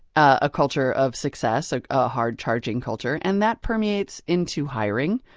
a culture of success, like a hard-charging culture and that permeates into hiring.